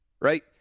right